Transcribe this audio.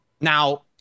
Now